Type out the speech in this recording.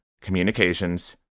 communications